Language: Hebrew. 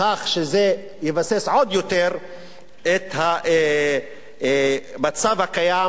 בכך שזה יבסס עוד יותר את המצב הקיים,